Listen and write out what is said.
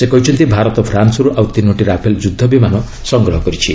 ସେ କହିଛନ୍ତି ଭାରତ ଫ୍ରାନ୍ନରୁ ଆଉ ତିନୋଟି ରାଫେଲ୍ ଯୁଦ୍ଧ ବିମାନ ସଂଗ୍ରହ କରିଛି